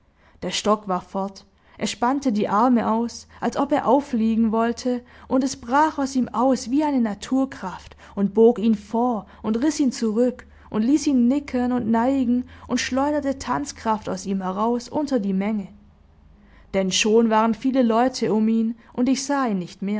der stock war fort er spannte die arme aus als ob er auffliegen wollte und es brach aus ihm aus wie eine naturkraft und bog ihn vor und riß ihn zurück und ließ ihn nicken und neigen und schleuderte tanzkraft aus ihm heraus unter die menge denn schon waren viele leute um ihn und ich sah ihn nicht